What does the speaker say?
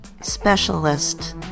specialist